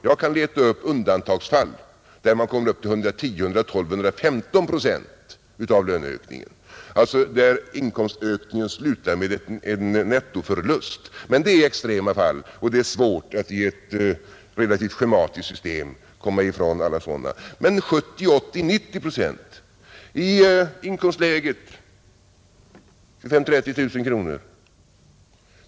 Jag kan leta upp undantagsfall där man kommer upp i 110, 112 eller 115 procent av löneökningen, alltså där inkomstökningen slutar med en nettoförlust, men det är extrema fall och det är naturligtvis svårt att i ett relativt schematiskt system komma ifrån alla sådana. Men 70, 80 eller 90 procent i inkomstlägena 25 000 — 30 000 kronor är inte ovanligt.